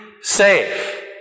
safe